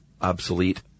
obsolete